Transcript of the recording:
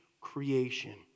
creation